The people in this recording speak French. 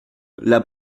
l’a